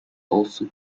also